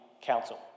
Council